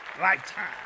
Lifetime